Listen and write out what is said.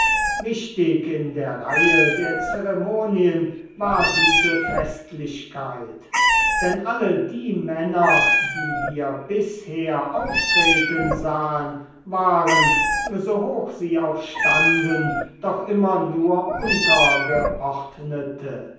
wichtig in der reihe der zeremonien war diese festlichkeit denn alle die männer die wir bisher auftreten sahen waren so hoch sie auch standen doch immer nur untergeordnete